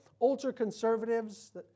ultra-conservatives